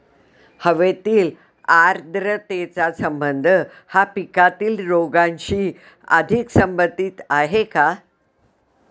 हवेतील आर्द्रतेचा संबंध हा पिकातील रोगांशी अधिक संबंधित आहे का?